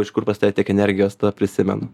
iš kur pas tave tiek energijos tada prisimenu